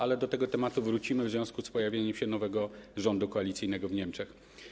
Ale do tego tematu wrócimy w związku z pojawieniem się nowego rządu koalicyjnego w Niemczech.